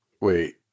Wait